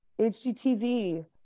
HGTV